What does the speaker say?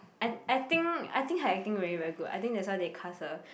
I I think I think her acting really very good I think that's why they cast her